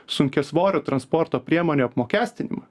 sunkiasvorių transporto priemonių apmokestinimą